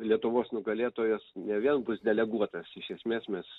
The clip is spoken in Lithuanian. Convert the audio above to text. lietuvos nugalėtojas ne vien bus deleguotas iš esmės mes